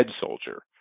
soldier